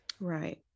right